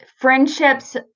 friendships